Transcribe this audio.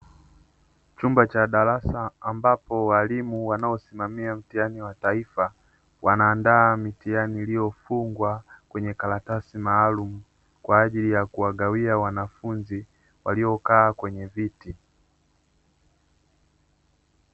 Chumba cha darasa ambapo walimu wanaosimamia mtihani wa taifa, wanaandaa mitihani iliyofungwa kwenye karatasi maalumu kwa ajili ya kuwagawia wanafunzi waliokaa kwenye viti.